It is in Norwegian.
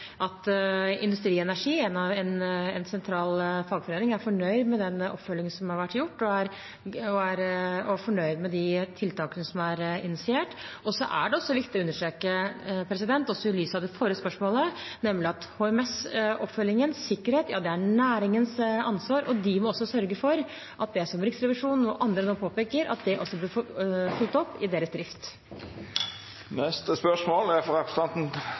Industri Energi, en sentral fagforening, er fornøyd med den oppfølgingen som har vært gjort, og er fornøyd med de tiltakene som er initiert. Så er det viktig å understreke, også i lys av det forrige spørsmålet, at HMS-oppfølgingen, sikkerhet, det er næringens ansvar, og de må sørge for at det som Riksrevisjonen og andre nå påpeker, også blir fulgt opp i deres drift. Neste spørsmål er frå representanten